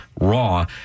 raw